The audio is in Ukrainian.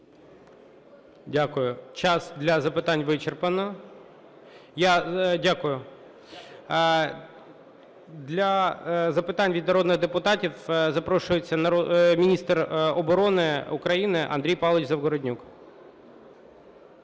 Дякую. Час для запитань вичерпано. Я дякую. Для запитань від народних депутатів запрошується міністр оборони України Андрій Павлович Загороднюк.